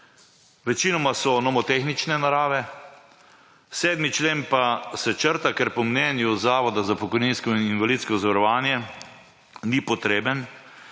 Večinoma so nomotehnične narave, 7. člen pa se črta, ker po mnenju Zavoda za pokojninsko in invalidsko zavarovanje ni potreben.